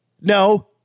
No